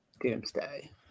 Doomsday